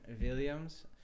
Williams